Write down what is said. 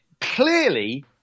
clearly